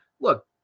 look